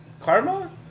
karma